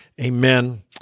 Amen